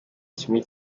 kimwe